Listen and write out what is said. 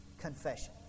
confession